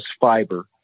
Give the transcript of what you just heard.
fiber